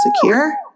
secure